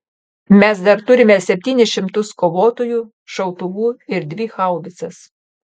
mes dar turime septynis šimtus kovotojų šautuvų ir dvi haubicas